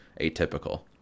Atypical